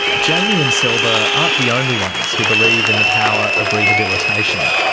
jamy and selba aren't the only ones who believe in the power of rehabilitation.